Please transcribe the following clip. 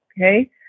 Okay